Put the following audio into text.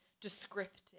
descriptive